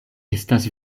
estas